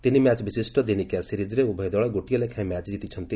ତିନିମ୍ୟାଚ୍ ବିଶିଷ୍ଟ ଦିନିକିଆ ସିରିକ୍ରେ ଉଭୟ ଦଳ ଗୋଟିଏ ଲେଖାଏଁ ମ୍ୟାଚ୍ ଜିତିଛନ୍ତି